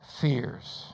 fears